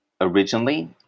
originally